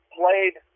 played